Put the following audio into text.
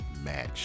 match